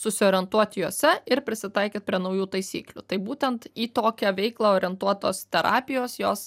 susiorientuot jose ir prisitaikyt prie naujų taisyklių tai būtent į tokią veiklą orientuotos terapijos jos